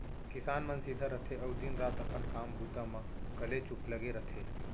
किसान मन सीधा रथें अउ दिन रात अपन काम बूता म कलेचुप लगे रथें